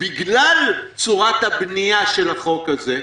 בגלל צורת ההבנייה של החוק הזה,